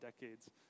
decades